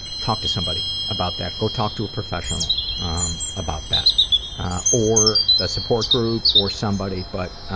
talk to somebody about that. go talk to a professional um about that or a support group or somebody. but